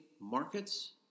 markets